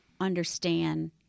understand